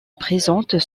présentent